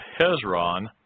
Hezron